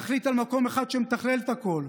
נחליט על מקום אחד שמתכלל את הכול.